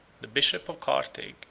the bishop of carthage,